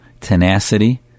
tenacity